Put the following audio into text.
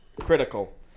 critical